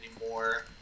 anymore